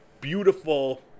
beautiful